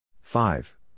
five